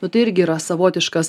nu tai irgi yra savotiškas